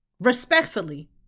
respectfully